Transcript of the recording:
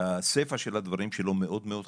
הסיפה של הדברים שלו מאוד מאוד חשובה,